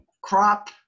crop